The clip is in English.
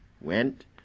went